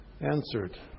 answered